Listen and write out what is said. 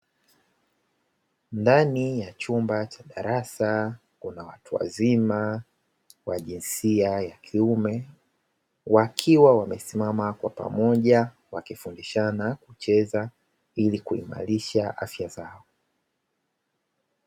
Ndani ya chumba cha darasa kuna watu wazima wa jinsia ya kiume wakiwa wamesimama kwa pamoja wakifundishana kucheza ili kuimarisha afya zao.